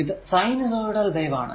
ഇത് sinusoidal wave ആണ്